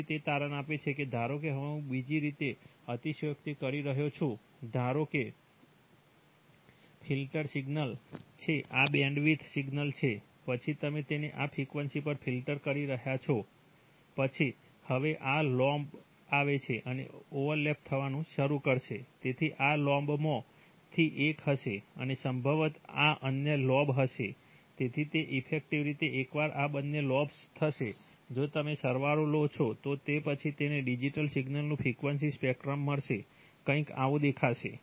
પછી તે તારણ આપે છે કે ધારો કે હવે હું બીજી રીતે અતિશયોક્તિ કરી રહ્યો છું ધારો કે ફિલ્ટર સિગ્નલ છે આ બેન્ડવિડ્થ સિગ્નલ છે પછી તમે તેને આ ફ્રીક્વન્સી પર ફિલ્ટર કરી રહ્યા છો પછી હવે આ લોબ્સ આવશે અને ઓવરલેપ થવાનું શરૂ કરશે તેથી આ લોબ્સમાંથી એક હશે અને સંભવત આ અન્ય લોબ હશે તેથી તે ઇફેક્ટિવ રીતે એકવાર આ બંને લોબ્સ થશે જો તમે સરવાળો લો છો તો પછી તમને ડિજિટલ સિગ્નલનું ફ્રીક્વન્સી સ્પેક્ટ્રમ મળશે કંઈક આવું દેખાશે